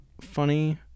funny